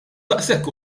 daqshekk